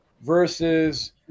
versus